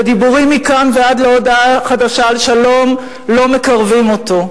ודיבורים מכאן ועד להודעה חדשה על שלום לא מקרבים אותו.